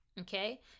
okay